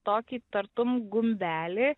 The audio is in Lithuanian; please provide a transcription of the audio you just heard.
tokį tartum gumbelį